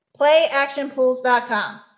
PlayActionPools.com